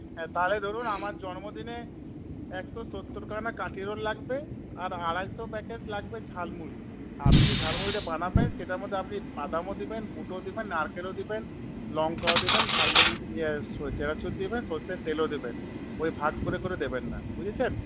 তাহলে ধরুন আমার জন্মদিনে একশো সত্তর খানা কাঠি রোল লাগবে আর আড়াইশো প্যাকেট লাগবে ঝালমুড়ি আপনি যে ঝালমুড়িটা বানাবেন সেটার মধ্যে আপনি বাদামও দেবেন বুটও দেবেন নারকেলও দেবেন লঙ্কাও দেবেন ঝালমুড়ির চানাচুর দেবেন সরষের তেলও দেবেন ওই ভাগ করে করে দেবেন না বুঝেছেন